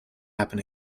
happen